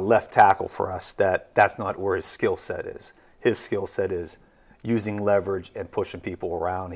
left tackle for us that that's not worth skill set is his skill set is using leverage and pushing people around